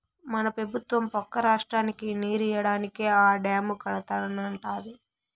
మన పెబుత్వం పక్క రాష్ట్రానికి నీరియ్యడానికే ఆ డాము కడతానంటాంది